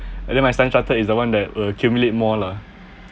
and then my standard chartered is the one that'll accumulate more lah